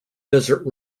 desert